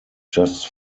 just